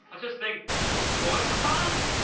i just think boys are fun.